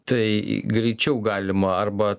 tai greičiau galima arba